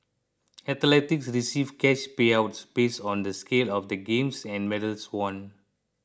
athletes receive cash payouts based on the scale of the games and medals won